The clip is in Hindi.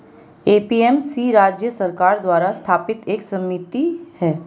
ए.पी.एम.सी राज्य सरकार द्वारा स्थापित एक समिति है